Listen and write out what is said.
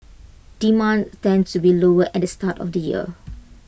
demand tends to be lower at the start of the year